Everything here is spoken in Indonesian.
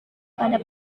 pada